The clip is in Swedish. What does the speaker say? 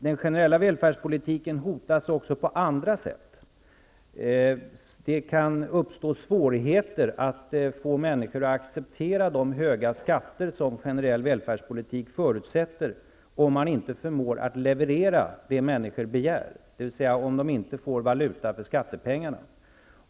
Den generella välfärdspolitiken hotas också på andra sätt. Det kan uppstå svårigheter att få människor att acceptera de höga skatter som generell välfärdspolitik förutsätter, om man inte förmår leverera vad människor begär, dvs. om de inte får valuta för skattepengarna.